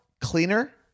cleaner